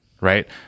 right